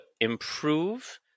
improve